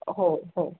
हो हो